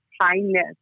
Kindness